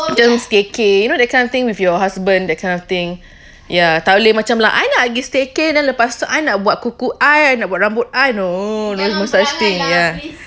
macam staycay you know that kind of thing with your husband that kind of thing ya tak boleh macam like I nak pergi staycay then lepas tu I nak buat kuku I I nak buat rambut I no no such thing ya